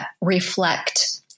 reflect